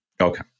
Okay